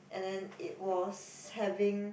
and then it was having